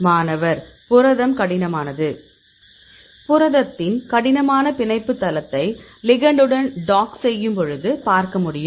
மாணவர் புரதம் கடினமானது புரதத்தின் கடினமான பிணைப்பு தளத்தை லிகெண்டுடன் டாக் செய்யும்பொழுது பார்க்க முடியும்